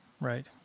Right